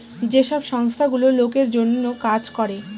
যে সব সংস্থা গুলো লোকের জন্য কাজ করে